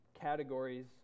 categories